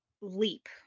leap